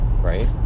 right